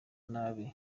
nabi